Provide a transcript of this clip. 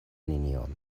nenion